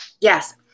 yes